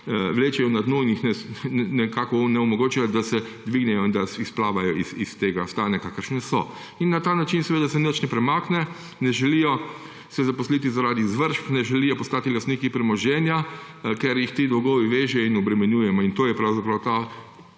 vlečejo na dno in jim onemogočajo, da bi se dvignili in izplavali iz stanja, v kakršnem so. Na ta način se nič ne premakne, ne želijo se zaposliti zaradi izvršb, ne želijo postati lastniki premoženja, ker jih ti dolgovi vežejo in obremenjujejo, in to je pravzaprav ta